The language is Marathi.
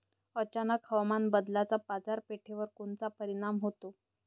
अचानक हवामान बदलाचा बाजारपेठेवर कोनचा परिणाम होतो?